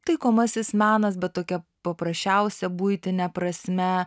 taikomasis menas bet tokia paprasčiausia buitine prasme